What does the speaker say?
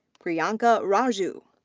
priyanka raju.